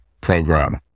program